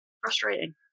frustrating